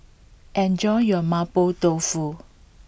enjoy your Mapo Tofu